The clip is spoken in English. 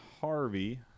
Harvey